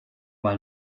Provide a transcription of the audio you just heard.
mal